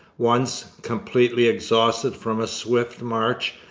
once, completely exhausted from a swift march,